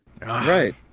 Right